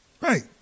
Right